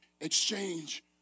exchange